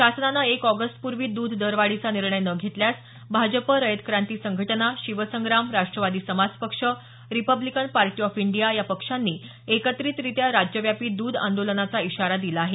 शासनानं एक ऑगस्टपूर्वी दूध दरवाढीचा निर्णय न घेतल्यास Bhajap Rayat Kranti Sanghatana Shivsangram Rashtravadi Samaj Paksha Republican Party of India या पक्षांनी एकत्रितरित्या राज्यव्यापी दूध आंदोलनाचा इशारा दिला आहे